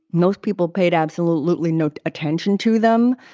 most people paid absolutely no attention to them.